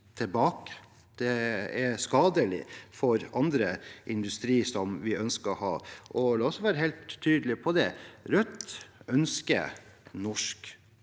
tilbake. Det er skadelig for annen industri som vi ønsker å ha. La oss være helt tydelig på dette: Rødt ønsker norsk